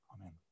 Amen